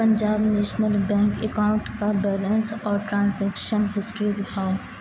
Punjab national bank account کا balance اور transaction history دکھاؤ